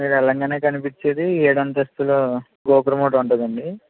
మీరు వెళ్ళగానే కనిపించేది ఏడు అంతస్తుల గోపురం ఒకటి ఉంటుంది అండి